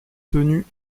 tenu